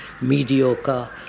mediocre